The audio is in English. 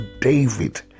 David